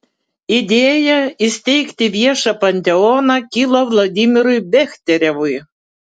idėja įsteigti viešą panteoną kilo vladimirui bechterevui